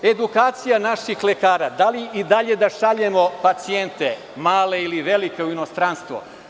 Edukacija naših lekara, da li i dalje da šaljemo pacijente, male ili velike, u inostranstvo?